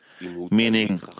meaning